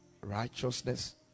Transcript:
righteousness